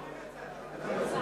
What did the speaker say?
לא אומרים את זה.